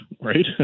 right